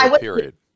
Period